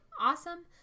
awesome